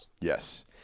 yes